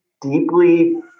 deeply